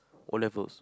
O-levels